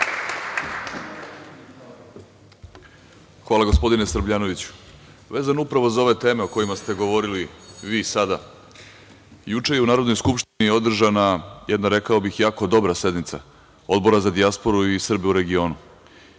Hvala gospodine Srbljanoviću. Vezano upravo za ove teme o kojima ste govorili vi sada, juče je u Narodnoj skupštini održana jedna, rekao bih, jako dobra sednica Odbora za dijasporu i Srbe u regionu